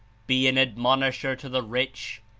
be an admonisher to the rich,